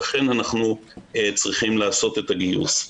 לכן אנחנו צריכים לעשות את הגיוס.